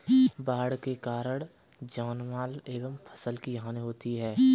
बाढ़ के कारण जानमाल एवं फसल की हानि होती है